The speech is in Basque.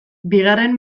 bigarren